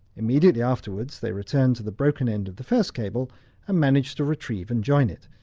immediately afterwards they returned to the broken end of the first cable and managed to retrieve and join it,